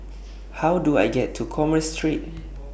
How Do I get to Commerce Street